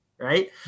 right